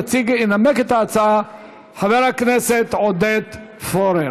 ינמק את ההצעה חבר הכנסת עודד פורר.